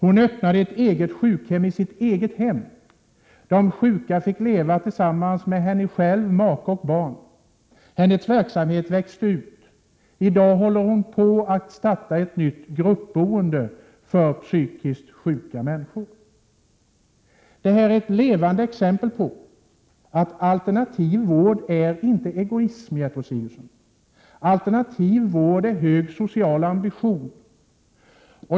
Hon öppnade ett sjukhem isitt eget hem. De sjuka fick leva tillsammans med henne själv, hennes make och barn. Hennes verksamhet växte ut. I dag håller hon på att starta ett nytt gruppboende för psykiskt sjuka människor. Det här är ett levande exempel på att alternativ vård inte är egoism, Gertrud Sigurdsen. Alternativ vård är hög social ambition.